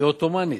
היא עות'מאנית,